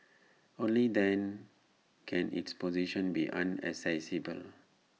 only then can its position be unassailable